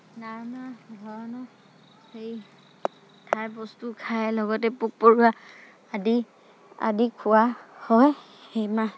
নানা ধৰণৰ হেৰি খাই বস্তু খাই লগতে পোক পৰুৱা আদি আদি খোৱা হয় সেই মাহ